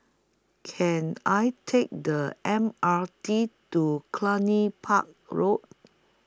Can I Take The M R T to Cluny Park Road